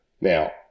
Now